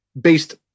based